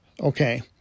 Okay